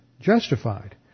Justified